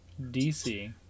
DC